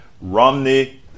Romney